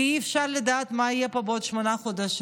כי אי-אפשר לדעת מה יהיה פה בעוד שמונה חודשים.